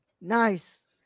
Nice